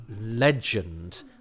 legend